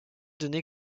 donné